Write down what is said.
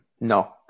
No